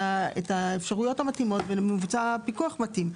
האפשרויות המתאימות ולבצע פיקוח מתאים.